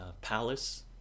palace